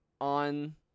on